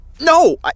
No